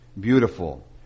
beautiful